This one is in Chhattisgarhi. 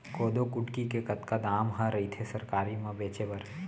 कोदो कुटकी के कतका दाम ह रइथे सरकारी म बेचे बर?